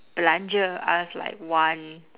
belanja us like one